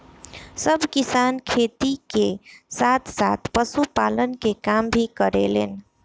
सब किसान खेती के साथ साथ पशुपालन के काम भी करेलन